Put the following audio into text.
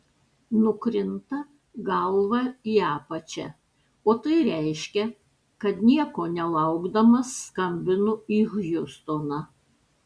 nukrinta galva į apačią o tai reiškia kad nieko nelaukdamas skambinu į hjustoną